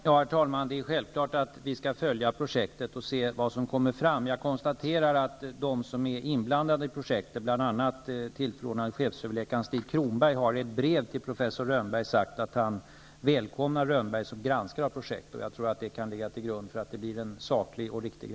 Herr talman! Det är självklart att vi skall följa projektet och se vad som kommer fram. Jag konstaterar att en av dem som är inblandade i projektet, tillförordnade chefsöverläkaren Stig Kronberg, i ett brev till professor Rönnberg har sagt att han välkomnar Rönnberg som granskare av projektet. Jag tror att detta kan ligga till grund för att granskningen blir saklig och riktig.